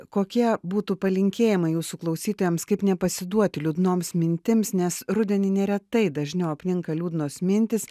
kokie būtų palinkėjimai jūsų klausytojams kaip nepasiduoti liūdnoms mintims nes rudenį neretai dažniau apninka liūdnos mintys